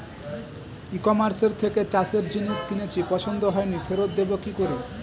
ই কমার্সের থেকে চাষের জিনিস কিনেছি পছন্দ হয়নি ফেরত দেব কী করে?